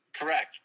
correct